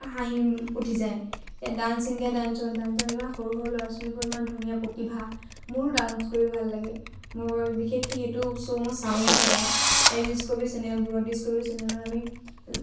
হাঁহি উঠি যায় এনিয়া ডান্স ইণ্ডিয়া ডান্সত ডান্সত ইমান সৰু লৰা ছোৱালীবোৰ ইমান ধুনীয়া প্ৰতিভা মোৰো ডান্স কৰি ভাল লাগে মোৰ বিশেষকে সেইটো শ্ব' মই চাওঁৱে সদায় এতিয়া ডিছক'ভাৰী চেনেলবোৰত ডিছক'ভাৰী চেনেলত আমি